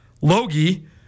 Logie